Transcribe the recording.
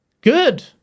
good